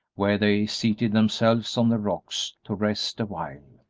where they seated themselves on the rocks to rest a while.